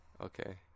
Okay